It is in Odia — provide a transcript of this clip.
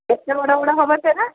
କେତେ ବଡ଼ ବଡ଼ ହେବ ସେଇଟା